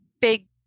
big